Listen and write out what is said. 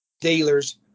dealers